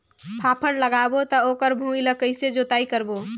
फाफण लगाबो ता ओकर भुईं ला कइसे जोताई करबो?